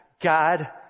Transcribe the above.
God